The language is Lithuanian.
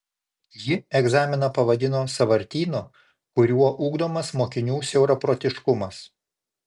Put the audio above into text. ji egzaminą pavadino sąvartynu kuriuo ugdomas mokinių siauraprotiškumas